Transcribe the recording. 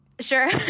Sure